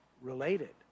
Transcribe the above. related